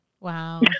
wow